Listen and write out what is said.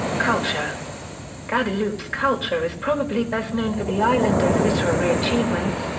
culture guadeloupe's culture is probably best known for the islanders' literary achievements,